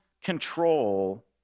control